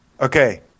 Okay